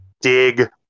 dig